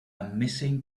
missing